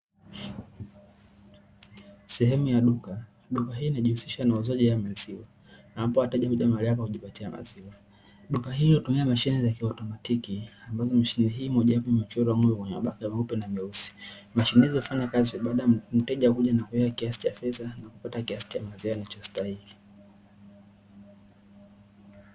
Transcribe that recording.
Sehemu ya duka, duka hili linajiusisha na uuzaji wa maziwa ambapo wateja wanakuja mahali hapa kujipatia maziwa, duka hili hutumia mashine za kiautomatiki ambazo mashine hii mojawapo imechorwa ng'ombe mwenye mabaka meupe na meusi, mashine hizi hufanya kazi baada ya mteja kuja na kuweka kiasi cha fedha na kupata kiasi cha maziwa anachostaili.